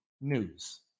News